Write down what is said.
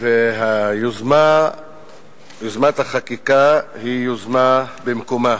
ויוזמת החקיקה היא יוזמה במקומה.